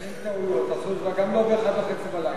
אין טעויות גם לא באחת וחצי בלילה.